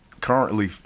currently